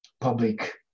public